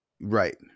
right